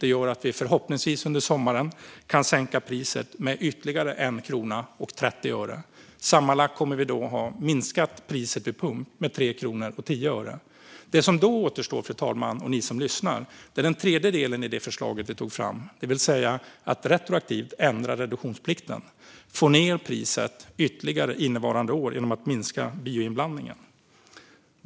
Det gör att vi förhoppningsvis under sommaren kan sänka priset med ytterligare 1 krona och 30 öre. Sammanlagt kommer vi då att ha minskat priset vid pump med 3 kronor och 10 öre. Det som då återstår, fru talman och ni som lyssnar, är den tredje delen i det förslag som vi tog fram, det vill säga att retroaktivt ändra reduktionsplikten för att få ned priset ytterligare under innevarande år genom att minska bioinblandningen.